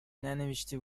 ننوشته